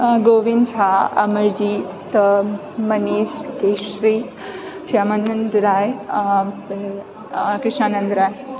गोविन्द झा अमरजीत मनीष श्री श्यामानन्द राय फेर कृष्णानन्द राय